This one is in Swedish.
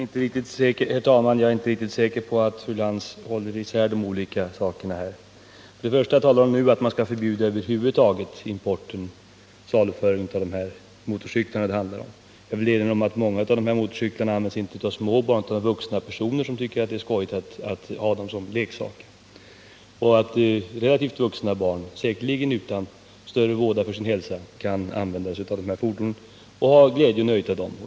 Herr talman! Jag är inte riktigt säker på att fru Lantz håller isär begreppen i detta sammanhang. För det första talar hon nu om att man över huvud taget skall förbjuda importen och saluföringen av de motorcyklar det handlar om. Jag vill erinra om att många av dessa motorcyklar inte används av små barn utan av vuxna personer, som tycker att det är skojigt att ha dem som leksaker. Relativt vuxna barn kan säkerligen utan större risk för sin hälsa använda dessa fordon och ha glädje och nytta av dem.